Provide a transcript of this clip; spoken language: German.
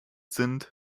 sind